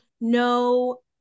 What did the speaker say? no